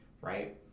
right